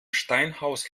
steinhaus